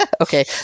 Okay